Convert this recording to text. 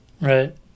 Right